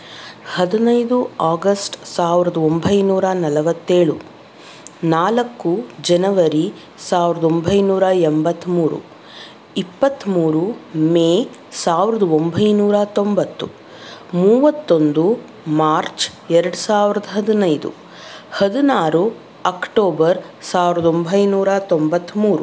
ಹದಿನೈದು ಆಗಸ್ಟ್ ಸಾವಿರದ ಒಂಬೈನೂರ ನಲವತ್ತೇಳು ನಾಲ್ಕು ಜನವರಿ ಸಾವಿರದ ಒಂಬೈನೂರ ಎಂಬತ್ತ್ಮೂರು ಇಪ್ಪತ್ತ್ಮೂರು ಮೇ ಸಾವಿರದ ಒಂಬೈನೂರ ತೊಂಬತ್ತು ಮೂವತ್ತೊಂದು ಮಾರ್ಚ್ ಎರಡು ಸಾವಿರದ ಹದಿನೈದು ಹದಿನಾರು ಅಕ್ಟೋಬರ್ ಸಾವಿರದ ಒಂಬೈನೂರ ತೊಂಬತ್ತ್ಮೂರು